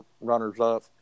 runners-up